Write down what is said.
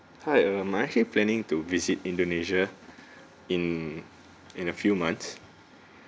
hi uh I'm planning to visit indonesia in in a few months